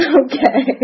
okay